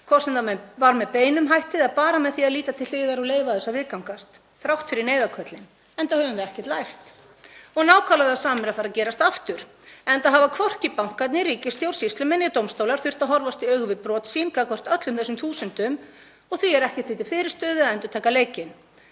hvort sem það var með beinum hætti eða bara með því að líta til hliðar og leyfa þessu að viðgangast þrátt fyrir neyðarköllin, enda höfum við ekkert lært. Nákvæmlega það sama er að fara að gerast aftur enda hafa hvorki bankarnir, ríkisstjórn, sýslumenn né dómstólar þurft að horfast í augu við brot sín gagnvart öllum þessum þúsundum og því er ekkert því til fyrirstöðu að endurtaka leikinn.